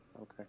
Okay